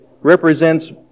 represents